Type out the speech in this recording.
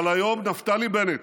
אבל היום נפתלי בנט,